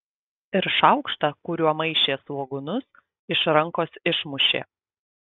ir šaukštą kuriuo maišė svogūnus iš rankos išmušė